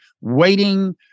waiting